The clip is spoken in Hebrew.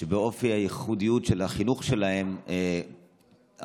באופי הייחודיות של החינוך שלהם המון